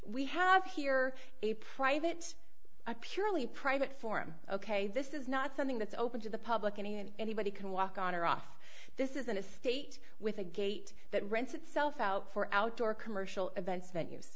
we have here a private a purely private forum ok this is not something that's open to the public and anybody can walk on or off this is in a state with a gate that rents itself out for outdoor commercial events